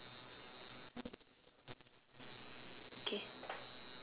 okay